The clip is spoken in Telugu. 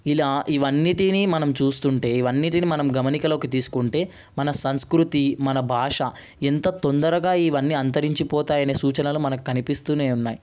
ఇలా ఇవన్నిటిని మనం చూస్తుంటే ఇవన్నిటిని మనం గమనికలోనికి తీసుకుంటే మన సంస్కృతీ మన భాష ఎంత తొందరగా ఇవన్నీ అంతరించిపోతాయనే సూచనలు మనకి కనిపిస్తూనే ఉన్నాయి